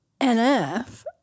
nf